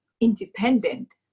independent